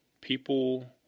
People